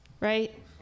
right